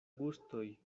gustoj